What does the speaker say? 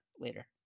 later